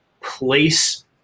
place